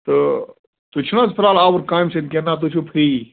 تہٕ تُہۍ چھُو نہ حظ فِلحال آوُر کامہِ سۭتۍ کِنہٕ نہ تُہۍ چھُو فری